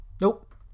Nope